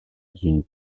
une